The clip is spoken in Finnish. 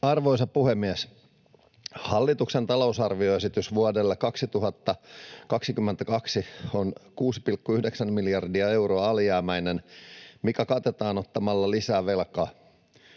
Arvoisa puhemies! Hallituksen talousarvioesitys vuodelle 2022 on 6,9 miljardia euroa alijäämäinen, mikä katetaan ottamalla lisää velkaa.